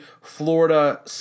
Florida